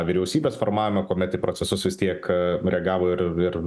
vyriausybės formavimą kuomet į procesus vis tiek reagavo ir ir